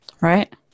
Right